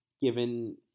given